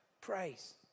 praise